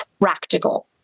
practical